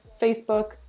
Facebook